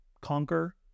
conquer